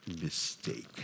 mistake